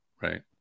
right